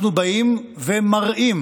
אנחנו באים ומראים.